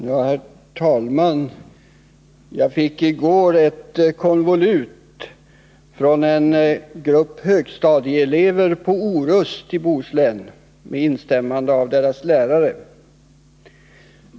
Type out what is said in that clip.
Herr talman! I går fick jag ett konvolut från en stor grupp högstadieelever på Orust i Bohuslän med instämmande av deras lärare.